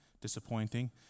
disappointing